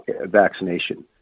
vaccination